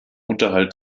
unterhalt